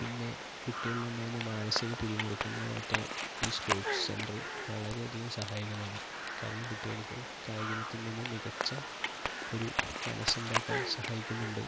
പിന്നെ കുട്ടികളിൽ ഉണ്ടാകുന്ന മാനസിക പിരിമുറുക്കങ്ങൾ മാറ്റാൻ ഈ സ്പോർട്സ് സെന്റർ വളരെ അധികം സഹായകമാണ് കാരണം കുട്ടികൾക്ക് കായിക ഇനത്തിൽ നിന്നും മികച്ച ഒരു മനസ്സുണ്ടാക്കാൻ സഹായിക്കുന്നുണ്ട്